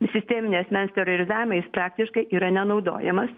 sisteminį asmens terorizavimą jis praktiškai yra nenaudojamas